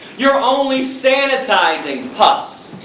you're only sanitizing pus,